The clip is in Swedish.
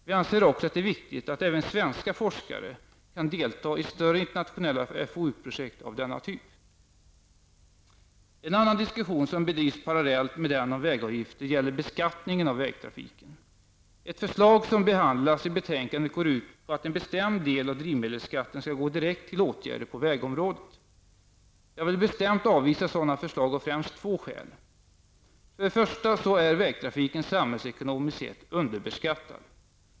Vi anser också att det är viktigt att även svenska forskare kan delta i större internationella FoU-projekt av denna typ. En annan diskussion som bedrivs parallellt med den om vägavgifter gäller beskattningen av vägtrafiken. Ett förslag som behandlas i betänkandet går ut på att en bestämd del av drivmedelsskatten skall gå direkt till åtgärder på vägområdet. Jag vill bestämt avvisa sådana förslag av främst två skäl. För det första är vägtrafiken samhällsekonomiskt sett underbeskattad.